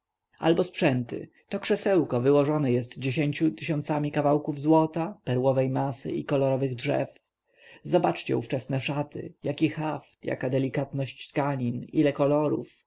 albo sprzęty to krzesełko wyłożone jest dziesięciu tysiącami kawałków złota perłowej masy i kolorowych drzew zobaczcie ówczesne szaty jaki haft jaka delikatność tkanin ile